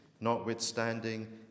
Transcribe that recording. Notwithstanding